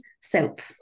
soap